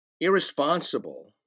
irresponsible